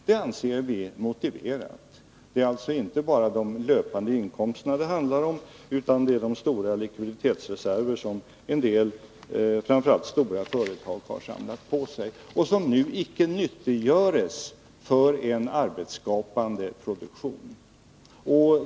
Det handlar alltså inte bara om de löpande inkomsterna, utan det gäller också de stora likviditetsreserver som en del, framför allt de stora företagen, har samlat på sig och som nu icke nyttiggörs för en arbetsskapande produktion.